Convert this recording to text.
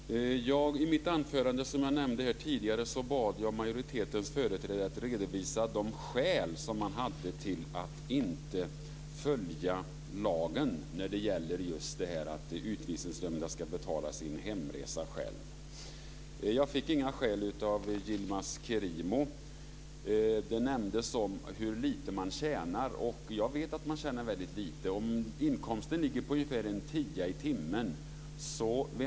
Fru talman! I mitt anförande, som jag nämnde tidigare, bad jag majoritetens företrädare att redovisa de skäl som man hade att inte följa lagen när det gäller just det här att utvisningsdömda ska betala sin hemresa själva. Jag fick inga skäl av Yilmaz Kerimo. Det nämndes hur lite man tjänar. Jag vet att man tjänar väldigt lite. Inkomsten ligger på ungefär en tia i timmen.